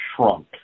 shrunk